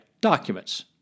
documents